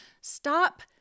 Stop